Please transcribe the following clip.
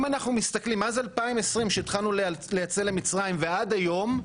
אם אנחנו מסתכלים עד 2020 שהתחלנו לייצא למצרים ועד היום,